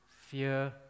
Fear